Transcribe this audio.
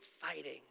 fighting